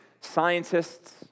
scientists